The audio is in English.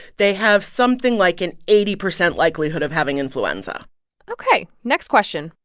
they have something like an eighty percent likelihood of having influenza ok, next question.